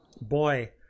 Boy